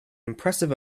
impressive